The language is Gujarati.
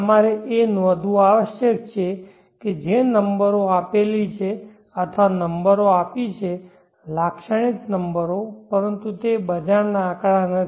તમારે તે નોંધવું આવશ્યક છે કે જે નંબરો આપેલી છે અથવા નંબરો આપી છે લાક્ષણિક નંબરો પરંતુ તે બજારના આંકડા નથી